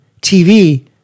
TV